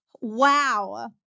wow